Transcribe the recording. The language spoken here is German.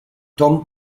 tom